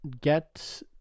get